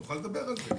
נוכל לדבר על זה.